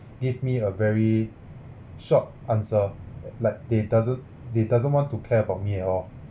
give me a very short answer like they doesn't they doesn't want to care about me at all